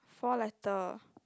four letter